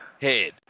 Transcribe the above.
head